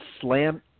slam